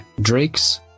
Drake's